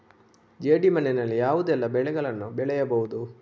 ಜೇಡಿ ಮಣ್ಣಿನಲ್ಲಿ ಯಾವುದೆಲ್ಲ ಬೆಳೆಗಳನ್ನು ಬೆಳೆಯಬಹುದು?